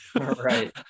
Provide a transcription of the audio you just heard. Right